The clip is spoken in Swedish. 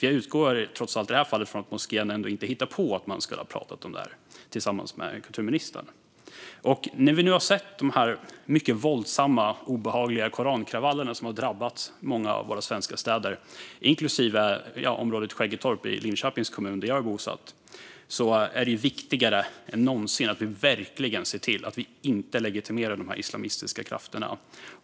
Jag utgår trots allt i det här fallet från att moskén ändå inte har hittat på att man skulle ha pratat om detta tillsammans med kulturministern. När vi nu har sett de mycket våldsamma och obehagliga korankravaller som har drabbat många av våra svenska städer, inklusive området Skäggetorp i Linköpings kommun, där jag är bosatt, är det viktigare än någonsin att vi verkligen ser till att vi inte legitimerar de islamistiska krafterna.